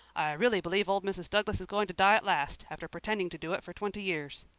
really believe old mrs. douglas is going to die at last, after pretending to do it for twenty years.